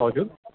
हजुर